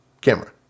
camera